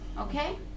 okay